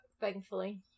thankfully